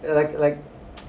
like like